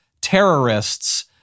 terrorists